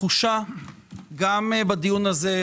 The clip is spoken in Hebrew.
התחושה גם בדיון הזה,